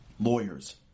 lawyers